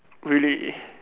really